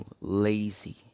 lazy